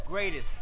Greatest